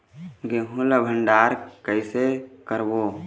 गेहूं ला भंडार कई से करबो?